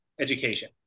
education